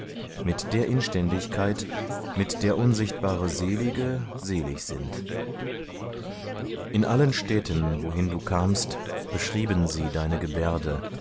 mit der inständigkeit mit der unsichtbare selige selig sind in allen städten wohin du kamst beschrieben sie deine gebärde